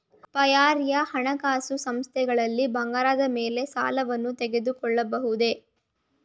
ಪರ್ಯಾಯ ಹಣಕಾಸು ಸಂಸ್ಥೆಗಳಲ್ಲಿ ಬಂಗಾರದ ಮೇಲೆ ಸಾಲವನ್ನು ತೆಗೆದುಕೊಳ್ಳಬಹುದೇ?